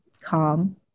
calm